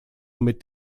mit